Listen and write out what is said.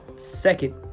Second